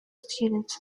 students